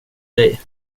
dig